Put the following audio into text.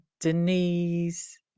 Denise